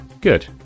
Good